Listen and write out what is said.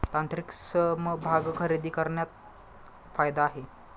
तांत्रिक समभाग खरेदी करण्यात फायदा आहे